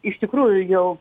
iš tikrųjų jau